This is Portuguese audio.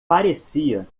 parecia